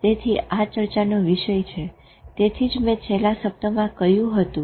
તેથી આ ચર્ચા નો વિષય છે તેથી જ મેં છેલ્લા સપ્તાહમાં કહ્યું હતું